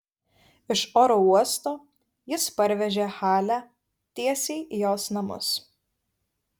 iš oro uosto jis parvežė halę tiesiai į jos namus